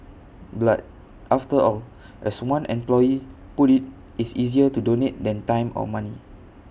blood after all as one employee put IT is easier to donate than time or money